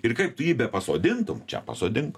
ir kaip tu jį bepasodintum čia pasodink